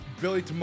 billy